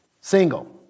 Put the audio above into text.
single